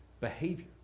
behavior